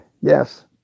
yes